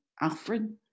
Alfred